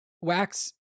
Wax